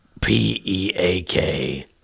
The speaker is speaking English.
p-e-a-k